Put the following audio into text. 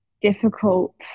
difficult